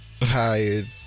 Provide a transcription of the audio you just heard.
tired